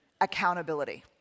accountability